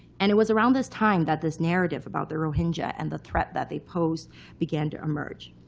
and it was around this time that this narrative about the rohingya and the threat that they posed began to emerge.